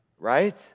Right